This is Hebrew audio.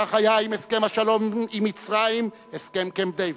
כך היה עם הסכם השלום עם מצרים, הסכם קמפ-דייוויד.